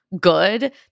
good